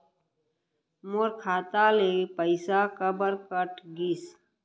मोर खाता ले पइसा काबर कट गिस?